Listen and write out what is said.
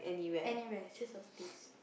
anywhere just a place